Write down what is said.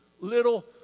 little